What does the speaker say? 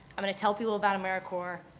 i'm going to tell people about americorps.